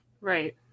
Right